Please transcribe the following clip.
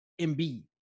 Embiid